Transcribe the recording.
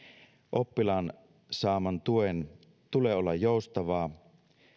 oppilaan saaman tuen tulee olla joustavaa